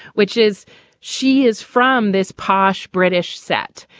which is she is from this posh british set.